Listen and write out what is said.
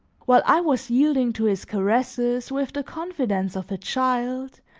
while i was yielding to his caresses with the confidence of a child,